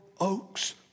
oaks